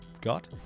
got